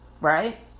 Right